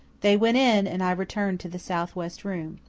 they went in, and i returned to the south-west room.